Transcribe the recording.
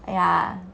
!aiya!